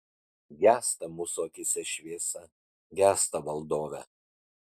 gęsta mūsų akyse šviesa gęsta valdove